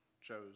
chose